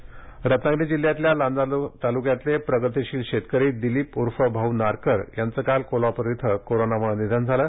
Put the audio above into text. निधन रत्नागिरी जिल्ह्यातल्या लांजा तालुक्यातले प्रगतिशील शेतकरी दिलीप ऊर्फ भाऊ नारकर यांचं काल कोल्हापूर इथं कोरोनाम्ळे निधन झालं